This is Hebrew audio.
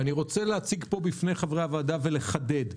אני רוצה להציג בפני חברי הוועדה ולחדד.